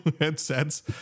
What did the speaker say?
headsets